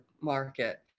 market